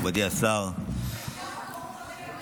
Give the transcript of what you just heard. מכובדי השר ההפסד כולו של העיר.